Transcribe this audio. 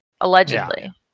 allegedly